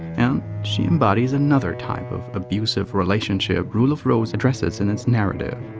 and. she embodies another type of abusive relationship rule of rose addresses in its narrative.